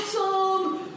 awesome